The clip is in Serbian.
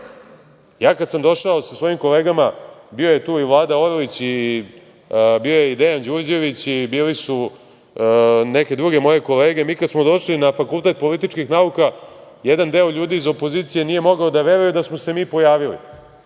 sam došao sa svojim kolegama, bio je tu i Vlada Orlić, bio je i Dejan Đurđević, i bile su neke druge moje kolege, mi kada smo došli na Fakultet političkih nauka, jedan deo ljudi iz opozicije nije mogao da veruje da smo se mi pojavili.